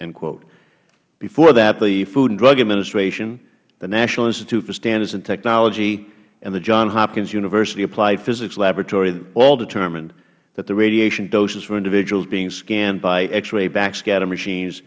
screened before that the food and drug administration the national institute for standards and technology and the johns hopkins university applied physics laboratory all determined that the radiation doses for individuals being scanned by x ray backscatter machines